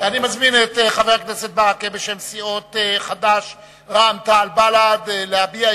מזמין את חבר הכנסת מוחמד ברכה להביע בשם סיעות חד"ש רע"ם-תע"ל